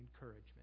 encouragement